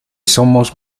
somos